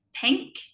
pink